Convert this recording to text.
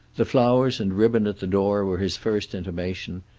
the flowers and ribbon at the door were his first intimation,